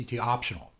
optional